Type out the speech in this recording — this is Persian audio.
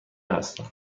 هستند